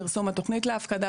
פרסום התכנית להפקדה,